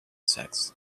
sex